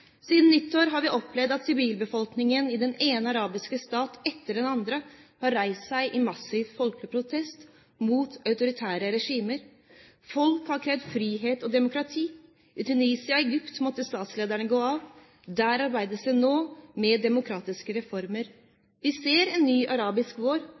Siden nyttår har vi opplevd at sivilbefolkningen i den ene arabiske staten etter den andre har reist seg i massiv folkelig protest mot autoritære regimer. Folk har krevd frihet og demokrati. I Tunisia og Egypt måtte statslederne gå av. Der arbeides det nå med demokratiske reformer. Vi ser en ny arabisk vår.